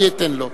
אני אתן לו.